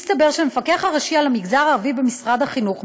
מסתבר שלמפקח הראשי על המגזר הערבי במשרד החינוך,